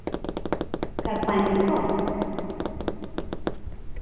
ᱥᱟᱲᱯᱟ ᱮᱱᱮᱡᱽ ᱠᱚ